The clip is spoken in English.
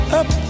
up